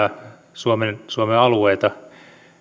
suomen alueita